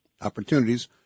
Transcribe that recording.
opportunities